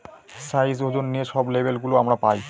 size, ওজন নিয়ে সব লেবেল গুলো আমরা পায়